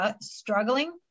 struggling